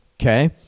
Okay